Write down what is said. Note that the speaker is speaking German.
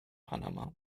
panama